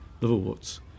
liverworts